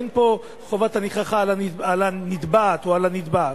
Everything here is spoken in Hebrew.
אין פה חובת הוכחה על הנתבעת או על הנתבע.